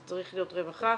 זה צריך להיות רווחה,